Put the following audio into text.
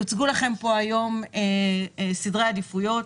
יוצגו לכם היום סדרי עדיפויות,